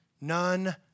None